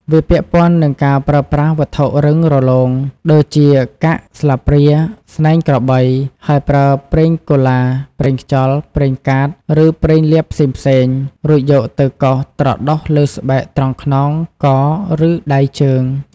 វាពាក់ព័ន្ធនឹងការប្រើប្រាស់វត្ថុរឹងរលោង ដូចជាកាក់ ស្លាបព្រា ស្នែងក្របី ហើយប្រើប្រេងកូឡា ប្រេងខ្យល់ ប្រេងកាត ឬប្រេងលាបផ្សេងៗ រួចយកទៅកោសត្រដុសលើស្បែកត្រង់ខ្នង ក ឬដៃជើង។